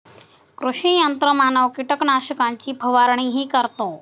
कृषी यंत्रमानव कीटकनाशकांची फवारणीही करतो